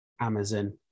Amazon